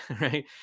right